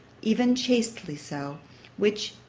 even chastely so which,